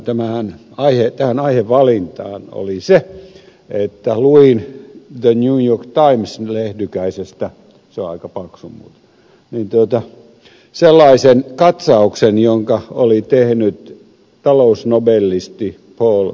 erityinen syy tähän aihevalintaan oli se että luin the new york times lehdykäisestä se on aika paksu muuten katsauksen jonka oli tehnyt talousnobelisti paul krugman